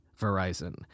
Verizon